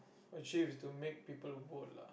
achieve is to make people vote lah